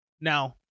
Now